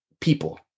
people